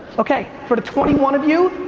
okay, for the twenty one of you,